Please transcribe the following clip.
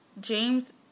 James